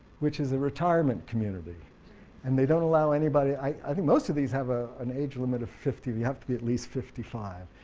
which is a retirement community and they don't allow anybody i think most of these have ah an age limit of fifty, you have to be at least fifty five,